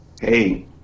hey